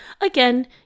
again